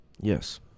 Yes